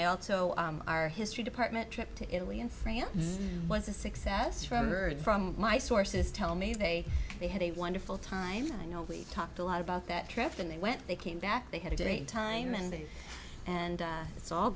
i also our history department trip to italy and france was a success from heard from my sources tell me they they had a wonderful time you know we talked a lot about that trip and they went they came back they had a great time and and it's all